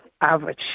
average